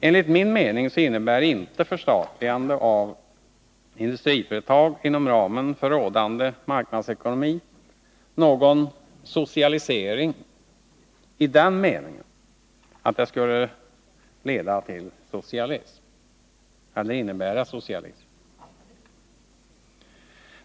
Enligt min mening innebär inte förstatligande av industriföretag inom ramen för rådande marknadsekonomi någon socialisering i den meningen att det skulle innebära socialism.